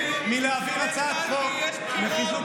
מלהעביר הצעת חוק לחיזוק